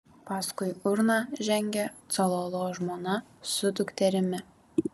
paskui urną žengė cololo žmona su dukterimi